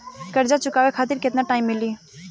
कर्जा चुकावे खातिर केतना टाइम मिली?